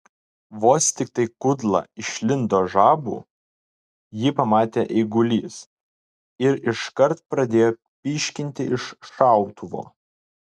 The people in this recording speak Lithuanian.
vos tiktai kudla išlindo žabų jį pamatė eigulys ir iškart pradėjo pyškinti iš šautuvo